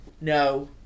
no